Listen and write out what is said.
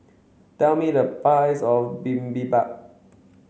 tell me the price of Bibimbap